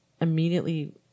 immediately